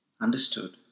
understood